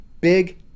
Big